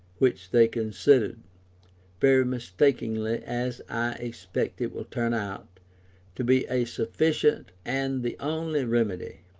which they considered very mistakenly as i expect it will turn out to be a sufficient, and the only, remedy.